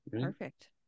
Perfect